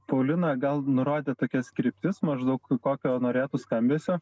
paulina gal nurodė tokias kryptis maždaug kokio norėtų skambesio